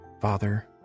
Father